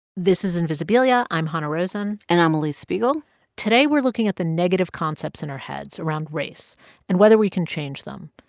this is invisibilia. i'm hanna rosin and i'm alix spiegel today we're looking at the negative concepts in our heads around race and whether we can change them.